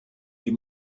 die